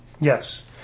Yes